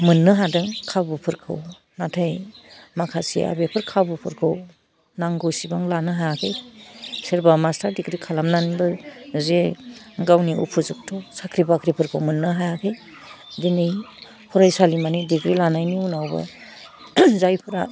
मोन्नो हादों खाबुफोरखौ नाथाइ माखासेया बेफोर खाबुफोरखौ नांगौ सिबां लानो हायाखै सोरबा मास्टार दिग्रि खालामनानैबो जे गावनि अफुजुग्थ साख्रि बाख्रिफोखौ मोन्नो हायाखै दिनै फरायसालिमानि दिग्रि लानायनि उनावबो जायफ्रा